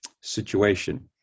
situation